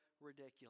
ridiculous